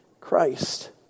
Christ